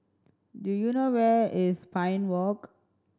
do you know where is Pine Walk